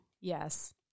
Yes